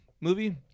movie